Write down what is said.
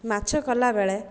ମାଛ କଲାବେଳେ